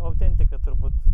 autentika turbūt